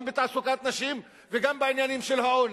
גם בתעסוקת נשים וגם בעניינים של העוני.